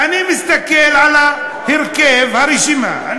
אני מסתכל על ההרכב, הרשימה.